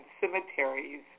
cemeteries